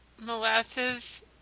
molasses